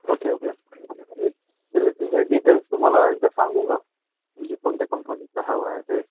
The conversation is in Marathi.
ओके ओके मी त्याला त्याचे डिटेल्स तुम्हाला एकदा सांगू का म्हणजे कोणत्या कंपनीचां हवंय ते